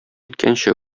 иткәнче